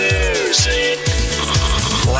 Music